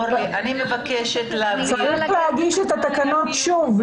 אין לנו שום תקנות.